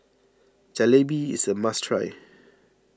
Jalebi is a must try